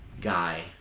guy